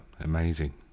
amazing